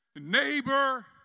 neighbor